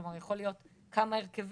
כלומר יכולים להיות כמה הרכבים,